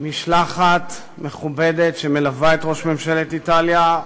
משלחת מכובדת שמלווה את ראש ממשלת איטליה,